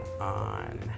on